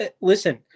Listen